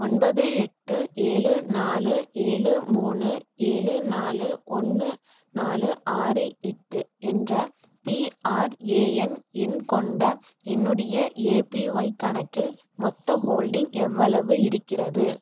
ஒன்பது எட்டு ஏழு நாலு ஏழு மூணு ஏழு நாலு ஒன்று நாலு ஆறு எட்டு என்ற பிஆர்ஏஎன் எண் கொண்ட என்னுடைய ஏபிஒய் கணக்கில் மொத்த ஹோல்டிங் எவ்வளவு இருக்கிறது